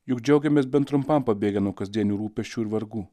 juk džiaugiamės bent trumpam pabėgę nuo kasdienių rūpesčių ir vargų